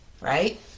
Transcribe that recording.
right